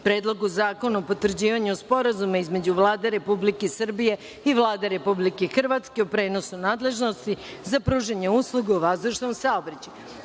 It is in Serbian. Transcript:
Predlogu zakona o potvrđivanju Sporazuma između Vlade Republike Srbije i Vlade Republike Hrvatske o prenosu nadležnosti za pružanje usluga u vazdušnom saobraćaju;